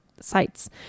sites